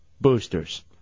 Boosters